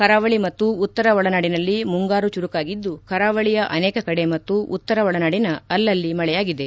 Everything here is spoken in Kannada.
ಕರಾವಳಿ ಮತ್ತು ಉತ್ತರ ಒಳನಾಡಿನಲ್ಲಿ ಮುಂಗಾರು ಚುರುಕಾಗಿದ್ದು ಕರಾವಳಿಯ ಅನೇಕ ಕಡೆ ಮತ್ತು ಉತ್ತರ ಒಳನಾಡಿನ ಅಲ್ಲಲ್ಲಿ ಮಳೆಯಾಗಿದೆ